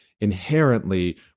inherently